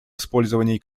использовании